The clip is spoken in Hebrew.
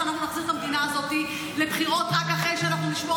שאנחנו נחזיר את המדינה הזאת לבחירות רק אחרי שאנחנו נשמור